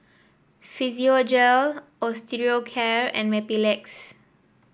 Physiogel Osteocare and Mepilex